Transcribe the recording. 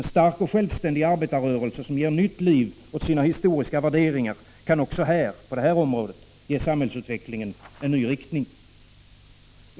En stark och självständig arbetarrörelse, som ger nytt liv åt sina historiska värderingar, kan också på det här området ge samhällsutvecklingen en ny riktning.